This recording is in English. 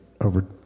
over